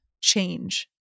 change